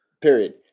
period